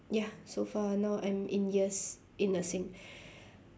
ya so far now I'm in years in nursing